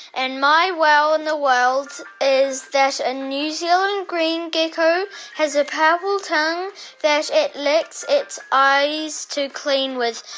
and my wow in the world is that a new zealand green gecko has a powerful tongue that it licks its eyes to clean with.